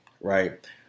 right